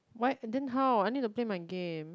why then how I need to play my game